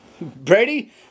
Brady